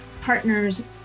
partners